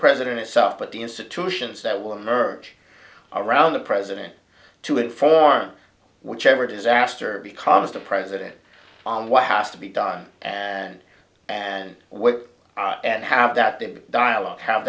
president itself but the institutions that will emerge around the president to inform whichever disaster becomes the president on what has to be done and and what and have that debate dialogue have